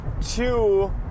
two